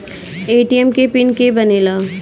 ATM के pin के के बनेला?